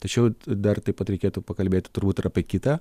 tačiau dar taip pat reikėtų pakalbėti turbūt ir apie kitą